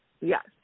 yes